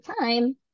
time